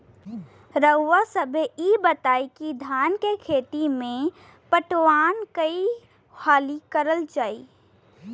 रउवा सभे इ बताईं की धान के खेती में पटवान कई हाली करल जाई?